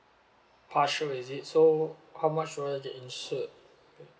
partial is it so much do I have to insure okay